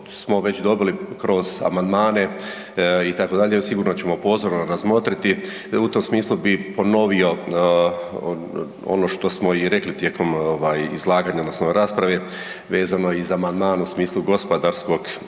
smo već dobili kroz amandmane itd. sigurno ćemo pozorno razmotriti, u tom smislu bi ponovio ono što smo i rekli tijekom ovaj izlaganja odnosno rasprave vezano i za amandman u smislu gospodarskog